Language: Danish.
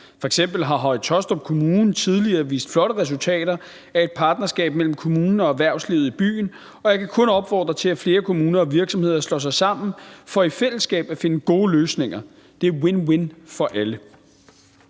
F.eks. har Høje Taastrup Kommune tidligere vist flotte resultater af et partnerskab mellem kommunen og erhvervslivet i byen, og jeg kan kun opfordre til, at flere kommuner og virksomheder slår sig sammen for i fællesskab at finde gode løsninger – det er win-win Kl.